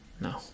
No